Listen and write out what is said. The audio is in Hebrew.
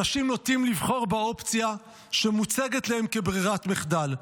אנשים נוטים לבחור באופציה שמוצגת להם כברירת מחדל.